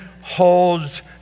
holds